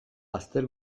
bazter